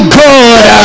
good